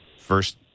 first